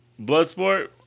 Bloodsport